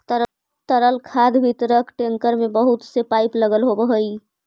तरल खाद वितरक टेंकर में बहुत से पाइप लगल होवऽ हई